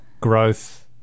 growth